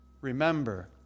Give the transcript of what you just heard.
Remember